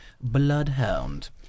Bloodhound